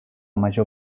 major